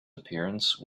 appearance